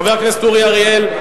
חבר הכנסת אורי אריאל,